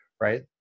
right